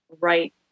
right